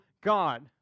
God